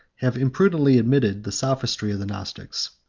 have imprudently admitted the sophistry of the gnostics.